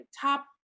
top